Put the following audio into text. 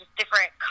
different